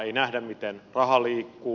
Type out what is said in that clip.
ei nähdä miten raha liikkuu